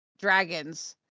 dragons